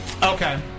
Okay